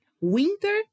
winter